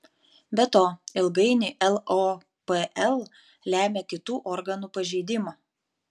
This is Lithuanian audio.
be to ilgainiui lopl lemia kitų organų pažeidimą